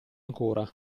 ancora